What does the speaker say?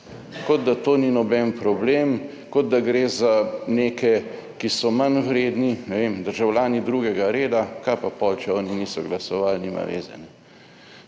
kot da to ni noben problem, kot da gre za neke, ki so manjvredni, ne vem, državljani drugega reda, kaj pa potem, če oni niso glasovali, nima veze.